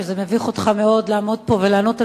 שזה מביך אותך מאוד לעמוד פה ולענות אל